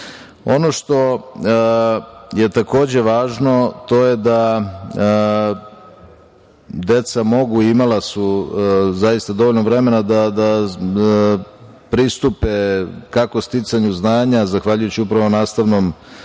što je, takođe, važno to je da deca mogu i imala su zaista dovoljno vremena da pristupe, kako sticanju znanja, zahvaljujući upravo nastavnom